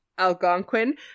Algonquin